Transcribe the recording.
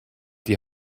die